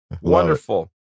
wonderful